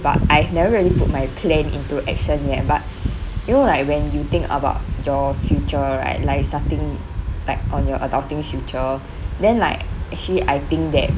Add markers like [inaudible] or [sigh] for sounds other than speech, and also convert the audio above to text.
but I've never really put my plan into action yet but [breath] you know like when you think about your future right like starting like on your adulting future then like actually I think that